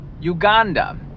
uganda